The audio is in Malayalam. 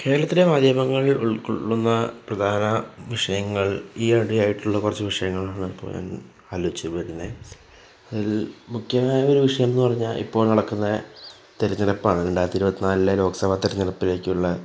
കേരളത്തിലെ മാധ്യമങ്ങളിൽ ഉൾക്കൊള്ളുന്ന പ്രധാന വിഷയങ്ങൾ ഈയിടെയായിട്ടുള്ള കുറച്ചു വിഷയങ്ങൾ ആണിപ്പോൾ ഞാൻ ആലോചിച്ച് വരുന്നത് അതിൽ മുഖ്യമായ ഒരു വിഷയമെന്ന് പറഞ്ഞാല് ഇപ്പോൾ നടക്കുന്നെ തെരഞ്ഞെടുപ്പാണ് രണ്ടായിരത്തി ഇരുപത്തിനാലിലെ ലോക്സഭാ തെരഞ്ഞെടുപ്പിലേക്കുള്ള